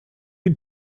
une